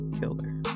Killer